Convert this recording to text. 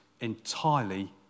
entirely